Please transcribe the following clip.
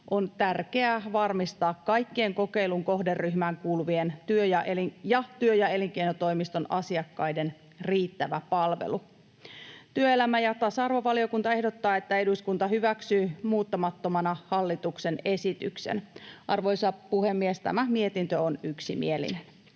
on tärkeää varmistaa kaikkien kokeilun kohderyhmään kuuluvien ja työ- ja elinkeinotoimiston asiakkaiden riittävä palvelu. Työelämä- ja tasa-arvovaliokunta ehdottaa, että eduskunta hyväksyy muuttamattomana hallituksen esityksen. Arvoisa puhemies! Tämä mietintö on yksimielinen.